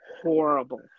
horrible